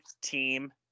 team